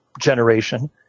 generation